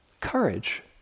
courage